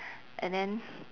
and then